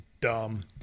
dumb